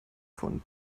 von